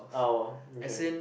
oh okay